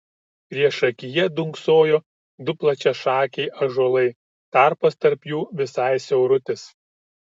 priešakyje dunksojo du plačiašakiai ąžuolai tarpas tarp jų visai siaurutis